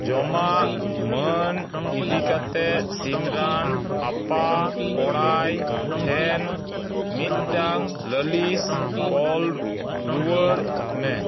ᱡᱚᱢᱟᱜ ᱢᱟᱹᱱ ᱤᱫᱤ ᱠᱟᱛᱮ ᱥᱤᱢᱨᱟᱱ ᱟᱯᱟ ᱠᱚᱲᱟᱭ ᱴᱷᱮᱱ ᱢᱤᱫᱴᱟᱝ ᱞᱟᱹᱞᱤᱥ ᱠᱚᱞ ᱨᱩᱣᱟᱹᱲ ᱢᱮ